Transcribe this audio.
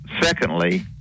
Secondly